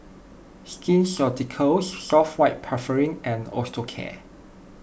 Skin Ceuticals White Soft Paraffin and Osteocare